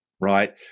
right